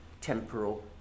temporal